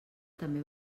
també